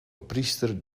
priester